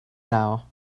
now